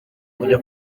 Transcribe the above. kujya